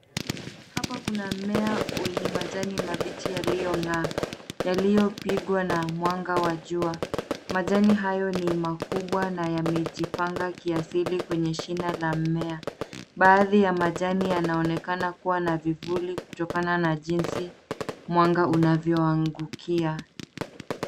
Hapa kuna mmea wenye majani mabichi yaliyong'aa yaliyopigwa na mwanga wa jua. Majani hayo ni makubwa na yamejipanga kiasili kwenye shina la mmea. Baadhi ya majani yanaonekana kuwa na vivuli kutokana na jinsi mwanga unavyoangukia.